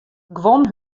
guon